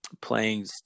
Playing